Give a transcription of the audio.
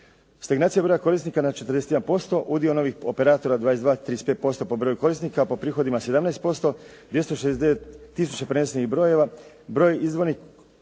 Stagnacija broja korisnika na 41%, udio novih operatora 22,35% po broju korisnika, po prihodima 17%, 269 tisuća prenesenih brojeva, broj izvornih